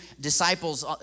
disciples